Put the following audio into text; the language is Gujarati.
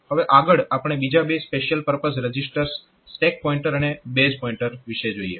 હવે આગળ આપણે બીજા બે special purpose registers stack pointer અને બેઝ પોઈન્ટર વિષે જોઈએ